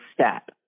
step